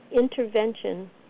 intervention